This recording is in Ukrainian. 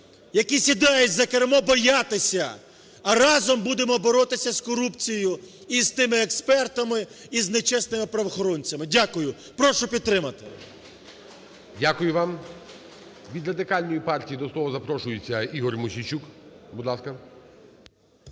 які сідають за кермо, боятися, а разом будемо боротися з корупцією і з тими експертами, і з нечесними правоохоронцями. Дякую. Прошу підтримати. ГОЛОВУЮЧИЙ. Дякую вам. Від Радикальної партії до слова запрошується Ігор Мосійчук. Будь ласка.